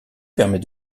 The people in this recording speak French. permet